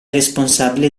responsabile